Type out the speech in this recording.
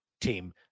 team